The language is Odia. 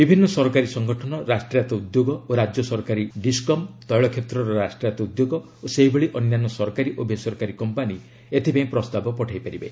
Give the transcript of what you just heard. ବିଭିନ୍ନ ସରକାରୀ ସଂଗଠନ ରାଷ୍ଟ୍ରାୟତ୍ତ ଉଦ୍ୟୋଗ ଓ ରାଜ୍ୟ ସରକାରୀ ଡିସ୍କମ୍ ତୈଳ କ୍ଷେତ୍ରର ରାଷ୍ଟ୍ରାୟତ୍ତ ଉଦ୍ୟୋଗ ଓ ସେହିଭଳି ଅନ୍ୟାନ୍ୟ ସରକାରୀ ଓ ବେସରକାରୀ କମ୍ପାନି ଏଥିପାଇଁ ପ୍ରସ୍ତାବ ପଠାଇ ପାରିବେ